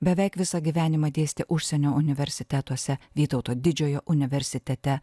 beveik visą gyvenimą dėstė užsienio universitetuose vytauto didžiojo universitete